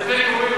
זה take-away,